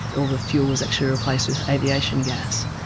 all the fuel was actually replaced with aviation gas.